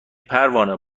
پروانه